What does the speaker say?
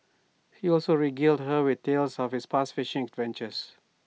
he also regaled her with tales of his past fishing adventures